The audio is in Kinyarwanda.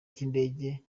cy’indege